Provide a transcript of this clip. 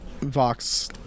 Vox